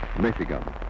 Michigan